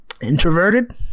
introverted